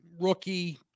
rookie